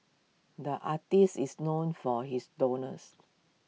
the artist is known for his doodles